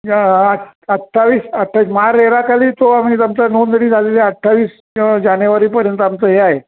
आ अठ्ठावीस अठ्ठावीस महारेराखाली तो आम्ही आमचा नोंदणी झालेली आहे अठ्ठावीस जानेवारीपर्यंत आमचं हे आहे